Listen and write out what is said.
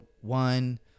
one